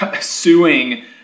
suing